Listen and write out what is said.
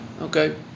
okay